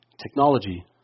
technology